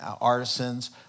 artisans